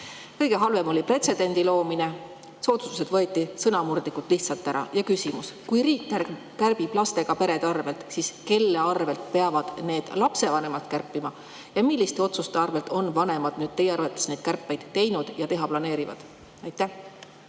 Kõige halvem oli pretsedendi loomine. Soodustused võeti sõnamurdlikult lihtsalt ära. Ja küsimus: kui riik kärbib lastega perede arvelt, siis kelle arvelt peavad need lapsevanemad kärpima? Milliste otsuste arvelt on vanemad nüüd teie arvates neid kärpeid teinud ja teha planeerivad? Aitäh,